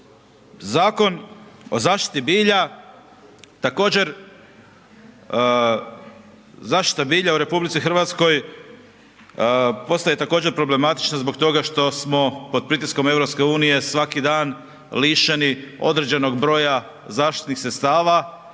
Zakon o zaštiti bilja također, zaštita bilja u RH postaje također problematična zbog toga što smo pod pritiskom EU svaki dan lišeni određenog broja zaštitnih sredstava,